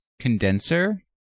condenser